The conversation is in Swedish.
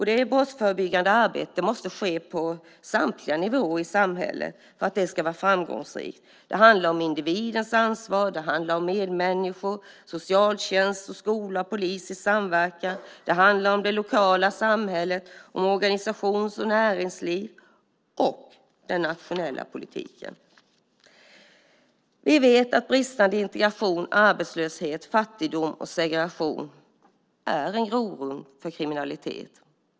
Det arbetet måste ske på samtliga nivåer i samhället för att det ska vara framgångsrikt. Det handlar om individens ansvar, om medmänniskor och om socialtjänst, skola, polis i samverkan. Det handlar om det lokala samhället, om organisations och näringsliv och om den nationella politiken. Vi vet att bristande integration, arbetslöshet, fattigdom och segregation är en grogrund för kriminalitet.